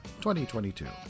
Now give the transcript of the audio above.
2022